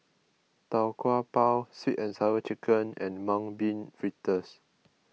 Tau Kwa Pau Sweet and Sour Chicken and Mung Bean Fritters